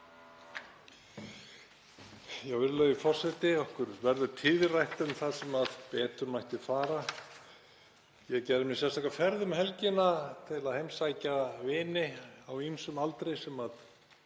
Virðulegi forseti. Okkur verður tíðrætt um það sem betur mætti fara. Ég gerði mér sérstaka ferð um helgina til að heimsækja vini á ýmsum aldri sem